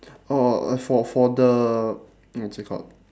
orh uh for for the what's it called